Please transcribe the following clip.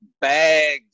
bags